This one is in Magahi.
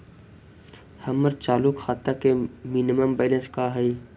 हमर चालू खाता के मिनिमम बैलेंस का हई?